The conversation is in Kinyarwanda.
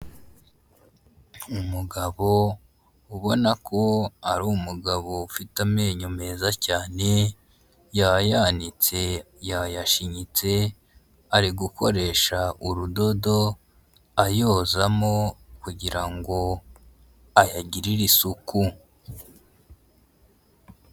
Umugabo ubona ko ari umugabo ufite amenyo meza cyane yayanitse yayashinyitse ari gukoresha urudodo ayozamo kugira ngo ayagirire isuku.